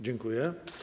Dziękuję.